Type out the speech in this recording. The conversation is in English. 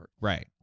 Right